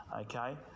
Okay